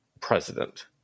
president